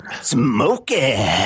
Smoking